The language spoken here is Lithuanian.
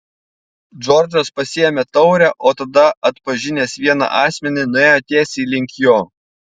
džordžas pasiėmė taurę o tada atpažinęs vieną asmenį nuėjo tiesiai link jo